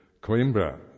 Coimbra